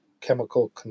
chemical